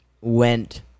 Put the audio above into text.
went